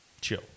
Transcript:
chill